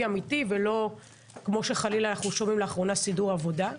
אמיתי ולא כמו שחלילה שומעים לאחרונה סידור עבודה.